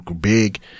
big